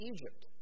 Egypt